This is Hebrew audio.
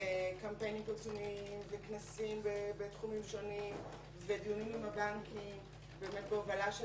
קמפיינים פרסומיים וכנסים בתחומים שונים ודיונים עם הבנקים בהובלה של